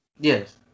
Yes